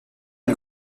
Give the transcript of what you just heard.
une